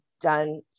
done